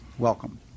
welcome